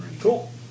Cool